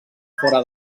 fora